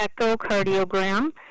echocardiogram